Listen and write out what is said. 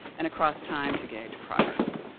and across time to gauge progress.